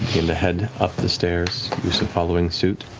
to head up the stairs, yussa following suit.